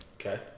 Okay